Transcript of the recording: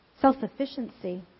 self-sufficiency